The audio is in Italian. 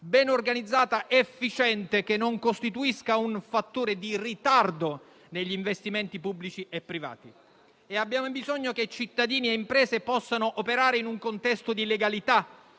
ben organizzata ed efficiente che non costituisca un fattore di ritardo negli investimenti pubblici e privati. Abbiamo bisogno che cittadini e imprese possano operare in un contesto di legalità